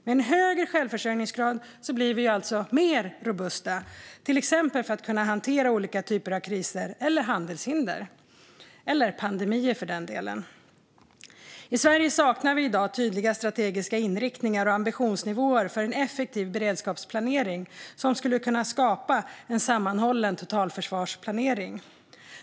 Med en högre självförsörjning blir vi mer robusta, till exempel när det gäller att kunna hantera olika typer av kriser, handelshinder eller för den delen pandemier. I Sverige saknar vi i dag tydliga strategiska inriktningar och ambitionsnivåer för en effektiv beredskapsplanering som skulle kunna skapa en sammanhållen totalförsvarsplanering.